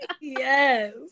Yes